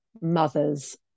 mothers